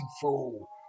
fool